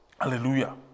Hallelujah